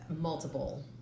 multiple